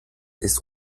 ist